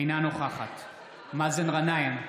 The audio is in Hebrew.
אינה נוכחת מאזן גנאים,